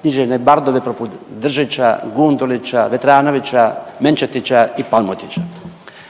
književne bardove poput Držića, Gundulića, Vetranovića, Menčetića i Palmotića.